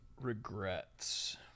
Regrets